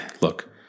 Look